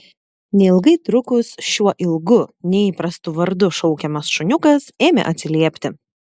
neilgai trukus šiuo ilgu neįprastu vardu šaukiamas šuniukas ėmė atsiliepti